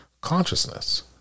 consciousness